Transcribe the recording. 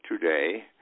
today